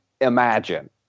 Imagine